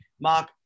Mark